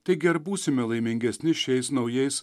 taigi ar būsime laimingesni šiais naujais